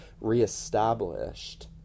reestablished